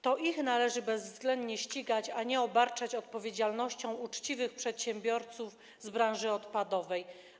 To ich należy bezwzględnie ścigać, a nie obarczać odpowiedzialnością uczciwych przedsiębiorców z branży odpadowej.